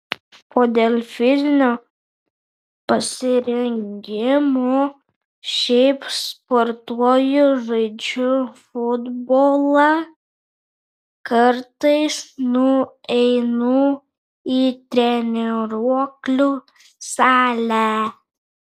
o dėl fizinio pasirengimo šiaip sportuoju žaidžiu futbolą kartais nueinu į treniruoklių salę